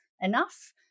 enough